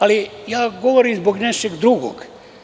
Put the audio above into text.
Ali, ja govorim zbog nečeg drugog.